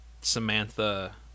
Samantha